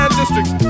districts